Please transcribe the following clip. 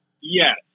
Yes